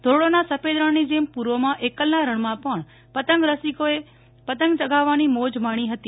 ધોરડોના સફેદ રણની જેમ પૂર્વમાં એકલના રણમાં પણ પતંગ રસીકોએ પતંગ ચગાવવાની મોજ માણી હતી